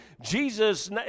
Jesus